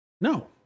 No